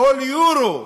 כל יורו,